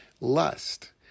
lust